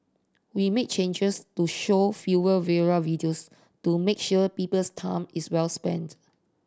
we made changes to show fewer viral videos to make sure people's time is well spent